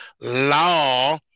law